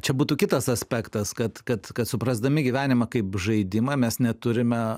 čia būtų kitas aspektas kad kad kad suprasdami gyvenimą kaip žaidimą mes neturime